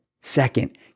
second